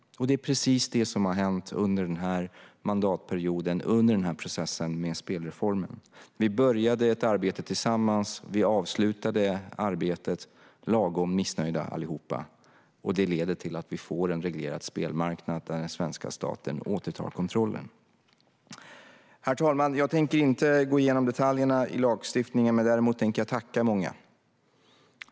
Det är precis det som har hänt under den här mandatperioden och under processen med spelreformen: Vi började ett arbete tillsammans, och vi avslutade arbetet lagom missnöjda allihop. Det leder till att vi får en reglerad spelmarknad där den svenska staten återtar kontrollen. Herr talman! Jag tänker inte gå igenom detaljerna i lagstiftningen, men däremot tänker jag tacka många.